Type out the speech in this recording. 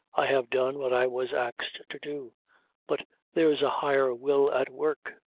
i have done what i was axed to do but there's a higher will at work.